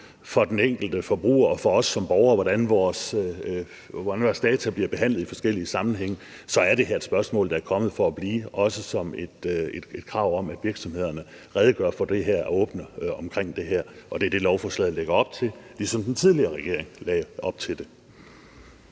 for den enkelte forbruger og for os som borgere, hvordan vores data bliver behandlet i forskellige sammenhænge, så er det her et spørgsmål, der er kommet for at blive – også som et krav om, at virksomhederne redegør åbent for det her. Og det er det, lovforslaget lægger op til, ligesom den tidligere regering lagde op til det.